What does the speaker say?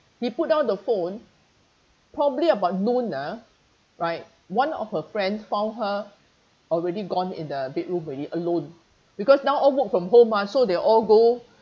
he put down the phone probably about noon ah right one of her friends found her already gone in the bedroom already alone because now all work from home mah so they all go